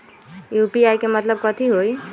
UPI के मतलब कथी होई?